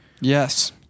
Yes